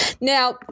Now